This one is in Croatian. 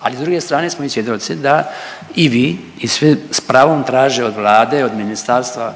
Ali, s druge strane smo i svjedoci da i vi i svi s pravom traže od Vlade, od ministarstva